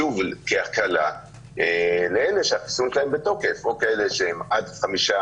שוב כהקלה לאלה שהחיסון שלהם בתוקף או כאלה שהם עד חמישה